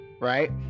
right